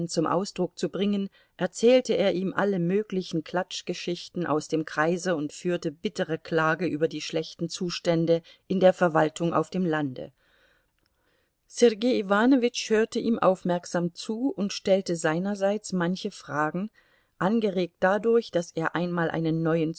zum ausdruck zu bringen erzählte er ihm alle möglichen klatschgeschichten aus dem kreise und führte bittere klage über die schlechten zustände in der verwaltung auf dem lande sergei iwanowitsch hörte ihm aufmerksam zu und stellte seinerseits manche fragen angeregt dadurch daß er einmal einen neuen